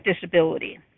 disability